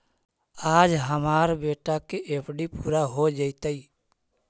आज हमार बेटा के एफ.डी पूरा हो जयतई